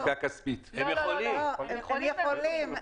הם יכולים,